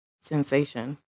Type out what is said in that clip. sensation